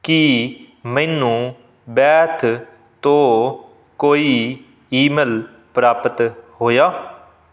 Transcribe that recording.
ਕੀ ਮੈੈਨੂੰ ਬੈਥ ਤੋਂ ਕੋਈ ਈਮੇਲ ਪ੍ਰਾਪਤ ਹੋਇਆ